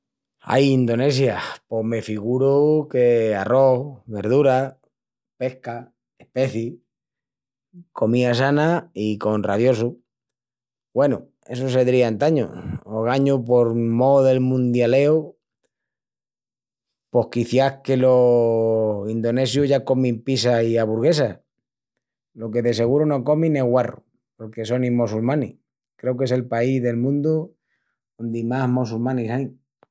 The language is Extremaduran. Ai, Indonesia: Pos me figuru que arrós, verdura, pesca, especis. Comía sana i con raviosu. Güenu, essu sedría antañu. Ogañu, por mó del mundialeu pos quiciás que los indonesius ya comin pizza i aburguesas. Lo que de seguru no comin es guarru porque sonin mossulmanis. Creu qu'es el país del mundu ondi más mossulmanis ain.